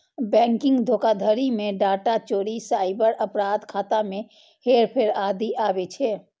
banking धोखाधड़ी मे data चोरी, साइबर अपराध, खाता मे हेरफेर आदि आबै छै